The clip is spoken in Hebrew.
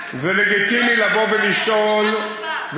זה לגיטימי לבוא ולשאול,